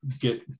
get